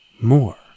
more